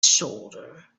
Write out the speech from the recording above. shoulder